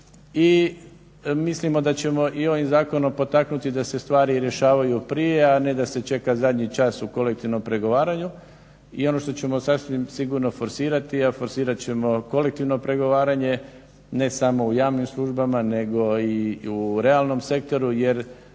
i mislimo da ćemo ovim zakonom potaknuti da se stvari rješavaju prije, a ne da se čeka zadnji čas u kolektivnom pregovaranju. I ono što ćemo sasvim sigurno forsirati, a forsirat ćemo kolektivno pregovaranje ne samo u javnim službama nego i u realnom sektoru, jer